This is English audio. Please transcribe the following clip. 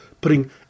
putting